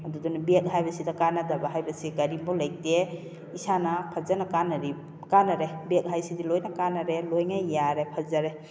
ꯑꯗꯨꯗꯨꯅ ꯕꯦꯒ ꯍꯥꯏꯕꯁꯤꯗ ꯀꯥꯟꯅꯗꯕ ꯍꯥꯏꯕꯁꯦ ꯀꯔꯤꯝꯐꯥꯎ ꯂꯩꯇꯦ ꯏꯁꯥꯅ ꯐꯖꯅ ꯀꯥꯟꯅꯔꯦ ꯕꯦꯒ ꯍꯥꯏꯁꯤꯗꯤ ꯂꯣꯏꯅ ꯀꯥꯟꯅꯔꯦ ꯂꯣꯏꯅ ꯌꯥꯔꯦ ꯐꯖꯔꯦ